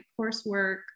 coursework